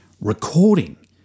Recording